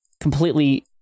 completely